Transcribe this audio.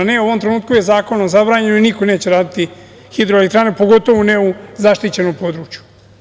Ne, u ovom trenutku je zakonom zabranjeno i niko neće graditi hidroelektrane, pogotovo ne u zaštićenom području.